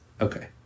Okay